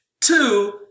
Two